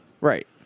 Right